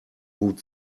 hut